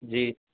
جی